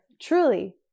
Truly